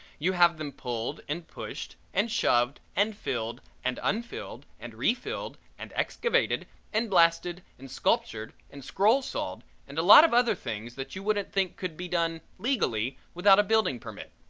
you have them pulled and pushed and shoved and filled and unfilled and refilled and excavated and blasted and sculptured and scroll-sawed and a lot of other things that you wouldn't think could be done legally without a building permit.